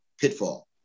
pitfall